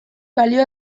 balioa